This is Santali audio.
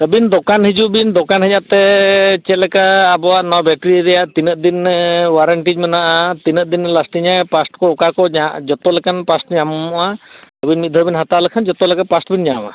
ᱟᱹᱵᱤᱱ ᱫᱳᱠᱟᱱ ᱦᱤᱡᱩᱜ ᱵᱤᱱ ᱫᱳᱠᱟᱱ ᱦᱮᱡ ᱟᱛᱮ ᱪᱮᱫ ᱞᱮᱠᱟ ᱟᱵᱚᱣᱟᱜ ᱱᱚᱣᱟ ᱵᱮᱴᱴᱨᱤ ᱨᱮᱭᱟᱜ ᱛᱤᱱᱟᱹᱜ ᱫᱤᱱ ᱚᱣᱟᱨᱮᱱᱴᱤ ᱢᱮᱱᱟᱜᱼᱟ ᱛᱤᱱᱟᱹᱜ ᱫᱤᱱ ᱞᱟᱥᱴᱤᱝᱟ ᱯᱟᱨᱴ ᱠᱚ ᱚᱠᱟ ᱠᱚ ᱡᱟᱦᱟᱸ ᱡᱚᱛᱚ ᱞᱮᱠᱟᱱ ᱯᱟᱨᱴ ᱧᱟᱢᱚᱜᱼᱟ ᱟᱹᱵᱤᱱ ᱢᱤᱫᱫᱷᱟᱹᱣ ᱵᱤᱱ ᱦᱟᱛᱟᱣ ᱞᱮᱠᱷᱟᱱ ᱡᱚᱛᱚ ᱞᱮᱠᱟᱱ ᱯᱟᱨᱴ ᱵᱤᱱ ᱧᱟᱢᱟ